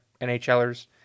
NHLers